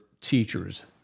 teachers